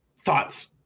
Thoughts